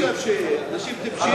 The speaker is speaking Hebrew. מה אתה חושב, שאנשים טיפשים?